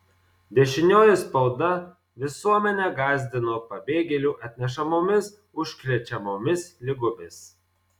dešinioji spauda visuomenę gąsdino pabėgėlių atnešamomis užkrečiamomis ligomis